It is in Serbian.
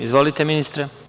Izvolite ministre.